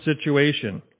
situation